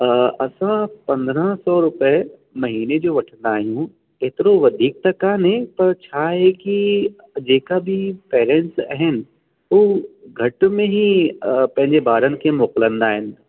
असां पंद्रहां सौ रुपए महीने जो वठंदा आहियूं एतिरो वधीक त काने पर छा आहे की जेका बि पेरेंट्स आहिनि उहे घटि में ही पंहिंजे ॿारनि खे मोकिलींदा आहिनि